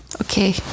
okay